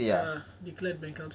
ya declared bankruptcy because of COVID